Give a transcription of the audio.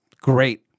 great